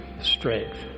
strength